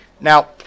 Now